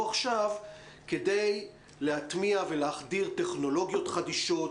עכשיו כדי להטמיע ולחדיר טכנולוגיות חדישות,